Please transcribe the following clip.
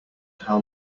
how